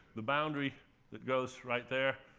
the boundary that goes right there.